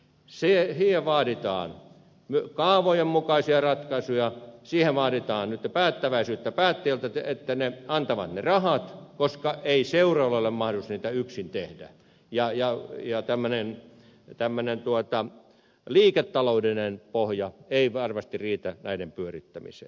siihen vaaditaan kaavojen mukaisia ratkaisuja siihen vaaditaan nyt päättäväisyyttä päättäjiltä niin että he antavat rahat koska ei seuroilla ole mahdollisuutta niitä yksin tehdä ja tämmöinen liiketaloudellinen pohja ei varmasti riitä näiden pyörittämiseen